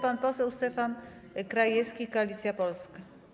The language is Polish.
Pan poseł Stefan Krajewski, Koalicja Polska.